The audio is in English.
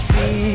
See